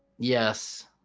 yes